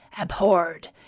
abhorred